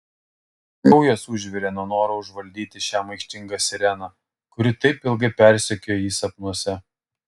kraujas užvirė nuo noro užvaldyti šią maištingą sireną kuri taip ilgai persekiojo jį sapnuose